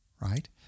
right